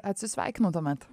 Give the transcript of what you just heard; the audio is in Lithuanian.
atsisveikinu tuomet